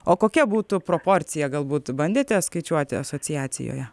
o kokia būtų proporcija galbūt bandėte skaičiuoti asociacijoje